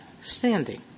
standing